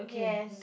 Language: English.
yes